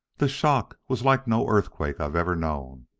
the shock was like no earthquake i've ever known.